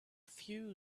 few